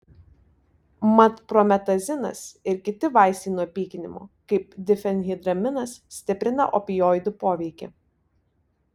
mat prometazinas ir kiti vaistai nuo pykinimo kaip difenhidraminas stiprina opioidų poveikį